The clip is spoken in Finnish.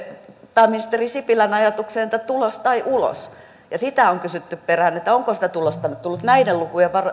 pääministeri sipilän ajatukseen että tulos tai ulos ja on kysytty sen perään että onko sitä tulosta nyt tullut näiden lukujen